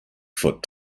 foot